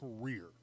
career